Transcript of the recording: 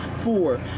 Four